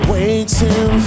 Waiting